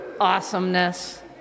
Awesomeness